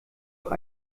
auch